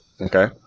Okay